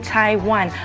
Taiwan